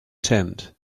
tent